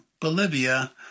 Bolivia